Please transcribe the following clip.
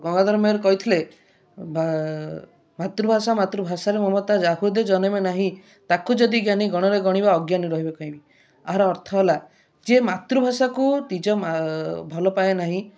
ଗଙ୍ଗାଧର ମେହେର କହିଥିଲେ ମାତୃଭାଷାରେ ମମତା ଯା ହୃଦେ ଜନମେ ନାହିଁ ତାକୁ ଯଦି ଜ୍ଞାନୀ ଗଣରେ ଗଣିବା ଅଜ୍ଞାନୀ ରହିବେ କାହିଁ ଏହାର ଅର୍ଥ ହେଲା ଯିଏ ମାତୃଭାଷାକୁ ନିଜ ଭଲ ପାଏ ନାହିଁ